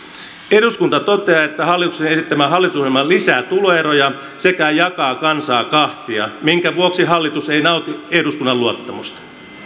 eduskunta toteaa että hallituksen esittämä hallitusohjelma lisää tuloeroja sekä jakaa kansaa kahtia minkä vuoksi hallitus ei nauti eduskunnan luottamusta